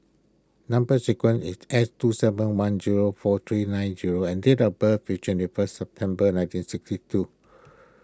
Number Sequence is S two seven one zero four three nine O and date of birth is twenty first September nineteen sixty two